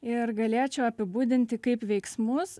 ir galėčiau apibūdinti kaip veiksmus